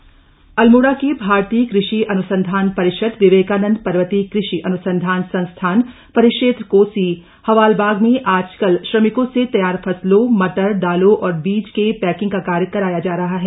कुषि कार्य अल्मोड़ा का भारतीय कृषि अनुसंधान परिषद विवक्कानंद पर्वतीय कृषि अनुसंधान संस्थान परिक्षव्व कोसी हवालबाग में आजकल श्रमिकों स तैयार फसलों मटर दालों और बीज क पैकिंग का कार्य कराया जा रहा है